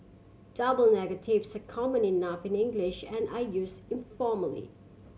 double negatives are common enough in English and are use informally